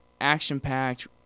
action-packed